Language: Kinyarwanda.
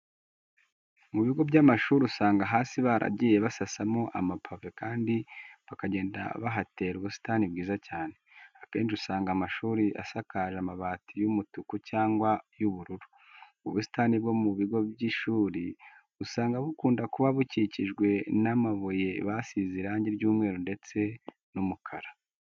Mu bigo by'amashuri usanga hasi baragiye basasamo amapave kandi bakagenda bahatera ubusitani bwiza cyane. Akenshi usanga amashuri asakajwe amabati y'umutuku cyangwa y'ubururu. Ubusitani bwo mu bigo by'ishuri usanga bukunda kuba bukikijwe n'amabuye basize irangi ry'umweru ndetse n'umukara.